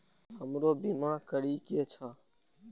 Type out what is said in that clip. हमरो बीमा करीके छः?